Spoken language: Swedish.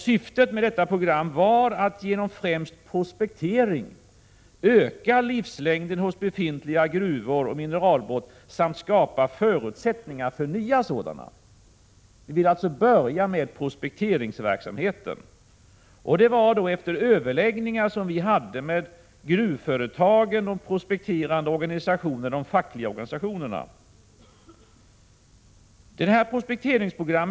Syftet med detta program var att genom främst prospektering öka livslängden hos befintliga gruvor och mineraltillgångar samt skapa förutsättningar för nya fyndigheter. Efter överläggningar som vi hade med gruvföretag, prospekterande organisationer och fackliga organisationer beslöt vi alltså prioritera prospekteringsverksamheten.